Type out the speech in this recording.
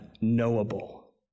knowable